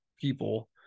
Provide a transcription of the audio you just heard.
people